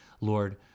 Lord